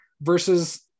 versus